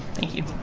thank you.